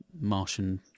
Martian